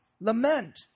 lament